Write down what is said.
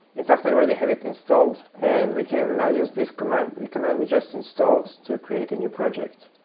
in fact i already had it installed. and we can now use this command command we just installed to create a new project.